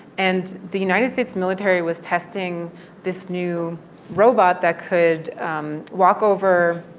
and the united states military was testing this new robot that could um walk over